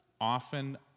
often